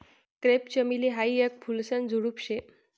crepe चमेली हायी येक फुलेसन झुडुप शे